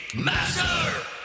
Master